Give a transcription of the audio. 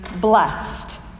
Blessed